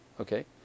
Okay